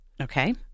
Okay